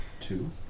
Two